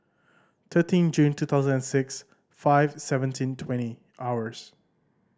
thirteen June two thousand and six five seventeen twenty hours